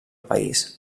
país